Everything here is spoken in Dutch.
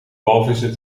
walvissen